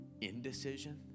indecision